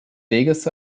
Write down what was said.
weges